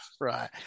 Right